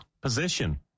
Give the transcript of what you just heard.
position